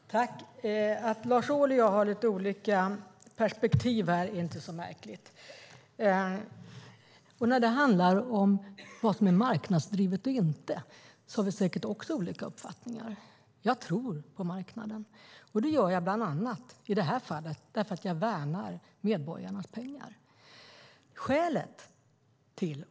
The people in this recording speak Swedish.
Fru talman! Att Lars Ohly och jag har lite olika perspektiv är inte så märkligt, och när det handlar om vad som är marknadsdrivet och inte har vi säkert också olika uppfattningar. Jag tror på marknaden. Det gör jag bland annat i detta fall för att jag värnar om medborgarnas pengar.